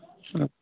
अच्छा